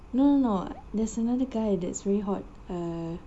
no no no there's another guy that's very hot